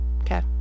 Okay